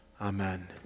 Amen